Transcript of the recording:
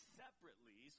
separately